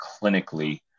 clinically